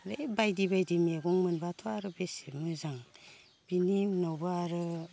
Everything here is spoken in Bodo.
ओइ बायदि बायदि मैगं मोनब्लाथ' आरो बेसे मोजां बिनि उनावबो आरो